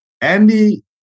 Andy